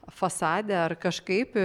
fasade ar kažkaip